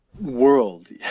world